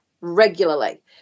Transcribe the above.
regularly